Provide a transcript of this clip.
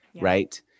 Right